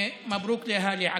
(אומר בערבית: ברכות לעיר עכו.)